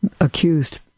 accused